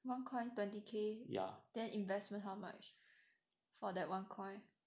one coin twenty K then investment how much for that one coin